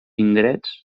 indrets